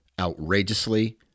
outrageously